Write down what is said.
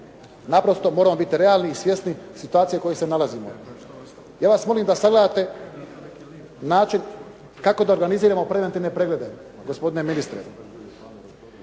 Naprosto moramo biti realni i svjesni situacije u kojoj se nalazimo. Ja vas molim da sagledate način kako da organiziramo preventivne preglede gospodine ministre.